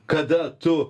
kada tu